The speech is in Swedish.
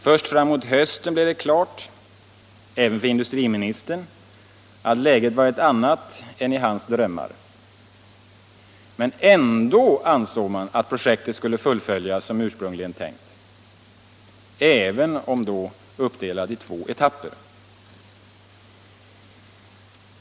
Först fram mot hösten blev det klart, även för industriministern, att läget var ett annat än i hans drömmar. Men ändå ansåg man att projektet skulle fullföljas som ursprungligen varit tänkt, även om det då skulle bli uppdelat i två etapper.